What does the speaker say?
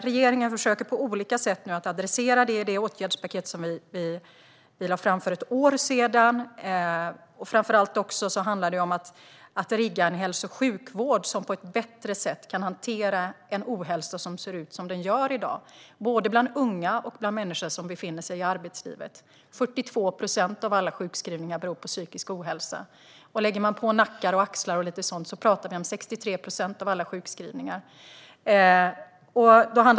Regeringen försöker på olika sätt adressera frågan. Regeringen lade fram ett åtgärdspaket för ett år sedan. Det handlar framför allt om att rigga en hälso och sjukvård som på ett bättre sätt kan hantera en ohälsa som ser ut som den gör i dag både bland unga och bland människor som befinner sig i arbetslivet. 42 procent av alla sjukskrivningar beror på psykisk ohälsa. Om vi lägger på nackar, axlar och så vidare pratar vi om 63 procent av alla sjukskrivningar.